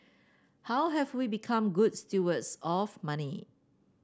how have we become good stewards of money